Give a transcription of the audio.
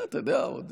אתה יודע, עוד